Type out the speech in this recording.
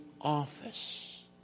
office